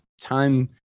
time